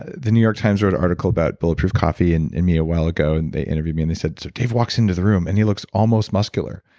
the new york times wrote an article about bulletproof coffee and and me a while ago and they interviewed me and they said, so dave walks into the room, and he looks almost muscular.